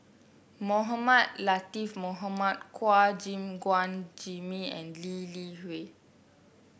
Mohamed Latiff Mohamed Chua Gim Guan Jimmy and Lee Li Hui